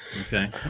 okay